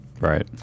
Right